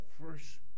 first